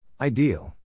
Ideal